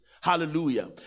hallelujah